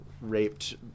raped